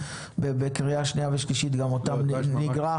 בקריאה שנייה ושלישית גם אותם נגרע.